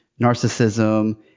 narcissism